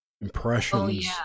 impressions